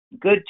good